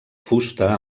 fusta